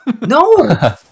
No